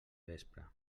vespre